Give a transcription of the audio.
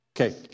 Okay